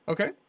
Okay